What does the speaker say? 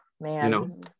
man